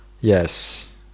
Yes